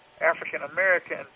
African-American